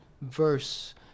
verse